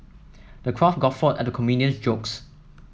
the crowd guffawed at the comedian's jokes